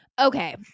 Okay